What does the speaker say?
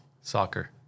Soccer